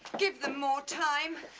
give them more time.